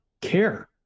care